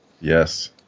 Yes